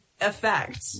effect